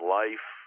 life